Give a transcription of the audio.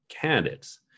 candidates